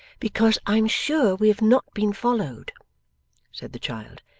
because i'm sure we have not been followed said the child.